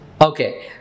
Okay